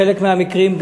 בחלק מהמקרים,